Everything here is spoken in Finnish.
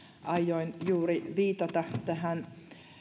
aioin juuri viitata tähän